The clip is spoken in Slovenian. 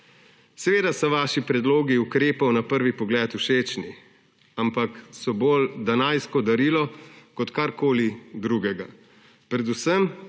Seveda so vaši predlogi ukrepov na prvi pogled všečni, ampak so bolj danajsko darilo kot karkoli drugega. Predvsem